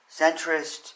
Centrist